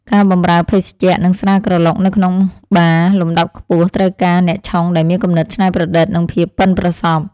ការបម្រើភេសជ្ជៈនិងស្រាក្រឡុកនៅក្នុងបារលំដាប់ខ្ពស់ត្រូវការអ្នកឆុងដែលមានគំនិតច្នៃប្រឌិតនិងភាពប៉ិនប្រសប់។